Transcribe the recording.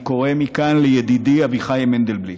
אני קורא מכאן לידידי אביחי מנדלבליט: